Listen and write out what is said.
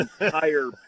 entire